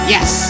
Yes